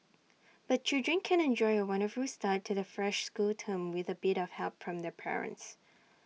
but children can enjoy A wonderful start to the fresh school term with A bit of help from their parents